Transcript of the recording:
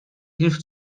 hilft